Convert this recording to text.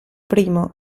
primo